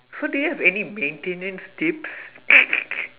so do you have any maintenance tips